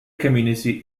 community